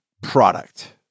product